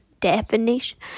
Definition